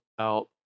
out